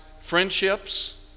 friendships